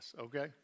Okay